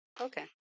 Okay